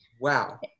Wow